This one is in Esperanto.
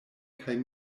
kaj